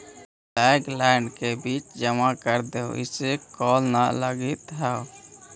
landline के bill जमा कर देहीं, इसे कॉल न लगित हउ